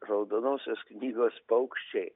raudonosios knygos paukščiai